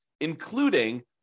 including